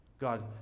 God